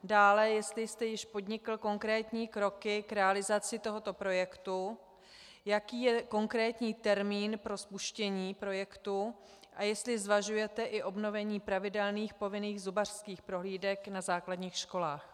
Dále, jestli jste již podnikl konkrétní kroky k realizaci tohoto projektu, jaký je konkrétní termín pro spuštění projektu a jestli zvažujete i obnovení pravidelných povinných zubařských prohlídek na základních školách.